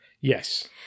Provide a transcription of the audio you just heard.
Yes